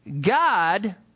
God